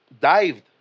dived